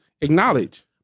acknowledge